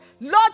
Lord